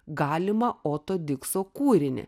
galimą oto dikso kūrinį